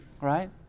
right